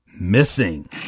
missing